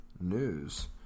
news